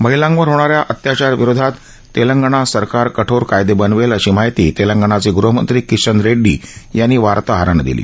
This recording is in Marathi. महिलांवर होणाऱ्या अत्याचाराविरोधात तेलंगणा सरकार कठोर कायदे बनवेल अशी माहिती तेलंगणाचे गृहमंत्री किशन रेड्डी यांनी वार्ताहरांना दिली